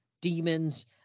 demons